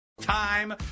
Time